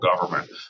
government